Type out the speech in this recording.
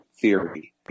theory